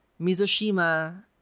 Mizushima